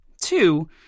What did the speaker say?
Two